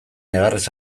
negarrez